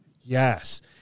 Yes